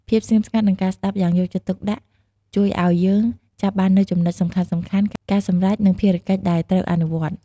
ភាពស្ងៀមស្ងាត់ និងការស្តាប់យ៉ាងយកចិត្តទុកដាក់ជួយឲ្យយើងចាប់បាននូវចំណុចសំខាន់ៗ ការសម្រេច និងភារកិច្ចដែលត្រូវអនុវត្ត។